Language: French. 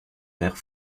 vert